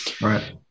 Right